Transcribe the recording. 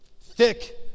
Thick